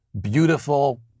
beautiful